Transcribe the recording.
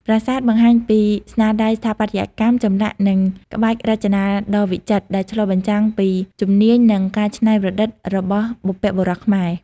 ប្រាសាទបង្ហាញពីស្នាដៃស្ថាបត្យកម្ម ចម្លាក់ និងក្បាច់រចនាដ៏វិចិត្រ ដែលឆ្លុះបញ្ចាំងពីជំនាញ និងការច្នៃប្រឌិតរបស់បុព្វបុរសខ្មែរ។